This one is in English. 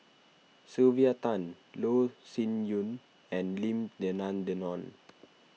Sylvia Tan Loh Sin Yun and Lim Denan Denon